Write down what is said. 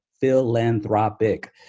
philanthropic